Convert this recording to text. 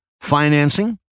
financing